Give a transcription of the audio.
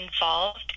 involved